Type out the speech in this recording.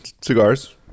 cigars